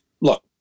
look